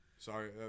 Sorry